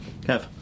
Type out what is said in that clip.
Kev